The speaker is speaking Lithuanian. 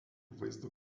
vaizdo